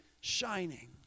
shining